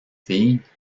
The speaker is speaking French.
filles